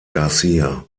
garcía